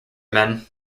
men